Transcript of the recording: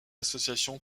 association